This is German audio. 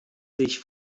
sich